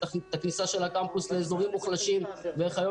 את הכניסה של הקמפוס לאזורים מוחלשים ואיך היום